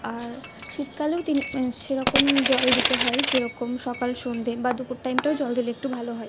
আর শীতকালেও তিন সেরকম জল দিতে হয় যেরকম সকাল সন্ধ্যে বা দুপুর টাইমটাও জল দিলে একটু ভালো হয়